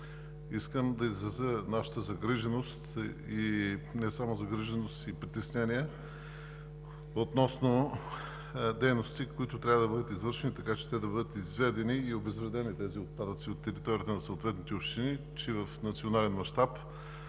Искам да изразя нашата загриженост и не само загриженост, и притеснение относно дейностите, които трябва да бъдат извършени, така че да бъдат изведени и обезвредени тези отпадъци от територията на съответните общини, че и в национален мащаб.